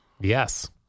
Yes